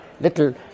little